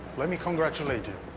let me congratulate you.